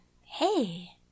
hey